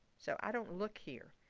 so i don't look here.